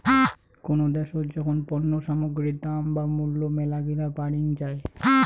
কোনো দ্যাশোত যখন পণ্য সামগ্রীর দাম বা মূল্য মেলাগিলা বাড়িং যাই